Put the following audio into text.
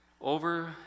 Over